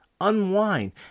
unwind